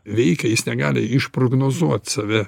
veikia jis negali išprognozuot save